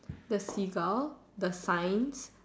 the sea gull the signs